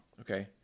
Okay